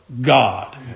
God